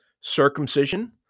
Circumcision